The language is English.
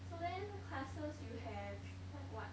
so then classes you have like what